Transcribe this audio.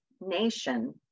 nation